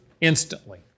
instantly